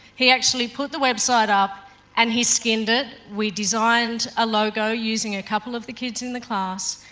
he actually put the website up and he skinned it, we designed a logo using a couple of the kids in the class.